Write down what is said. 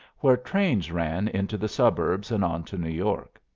where trains ran into the suburbs and on to new york.